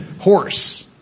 horse